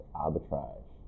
arbitrage